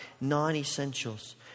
non-essentials